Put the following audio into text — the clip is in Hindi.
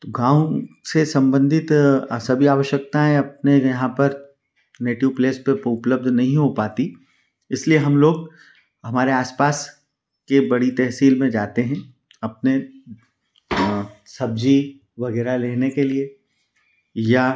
तो गाँव से सम्बन्धित सभी आवश्यकताएँ अपने यहाँ पर नेटिव प्लेस पर उपलब्ध नहीं हो पातीं इसलिए हमलोग हमारे आसपास की बड़ी तहसील में जाते हैं अपनी सब्ज़ी वग़ैरह लेने के लिए या